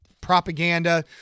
propaganda